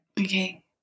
Okay